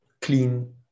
clean